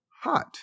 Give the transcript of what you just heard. hot